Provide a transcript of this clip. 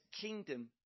kingdom